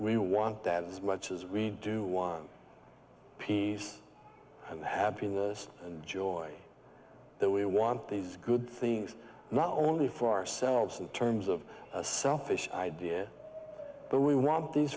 real want that as much as we do want peace and happiness and joy that we want these good things not only for ourselves in terms of a selfish idea but we want these